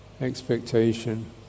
Expectation